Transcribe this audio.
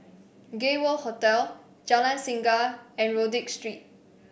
Gay World Hotel Jalan Singa and Rodyk Street